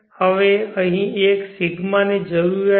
હવે અહીં એક ρ ની જરૂરિયાત છે